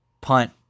Punt